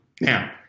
Now